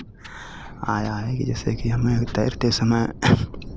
आया है जैसे कि हमें तैरते समय